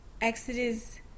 Exodus